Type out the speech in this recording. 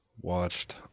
Watched